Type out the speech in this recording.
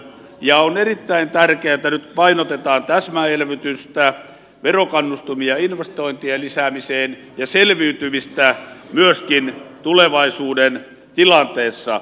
ja on erittäin tärkeätä nyt että painotetaan täsmäelvytystä verokannustimia investointien lisäämiseen ja selviytymistä myöskin tulevaisuuden tilanteessa